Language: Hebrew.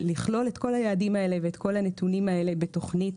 ולכלול את כל היעדים האלה ואת כל הנתונים האלה בתוכנית